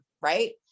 right